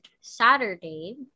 Saturday